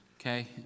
okay